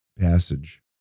passage